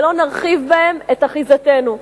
ולא נרחיב בהם את אחיזתנו.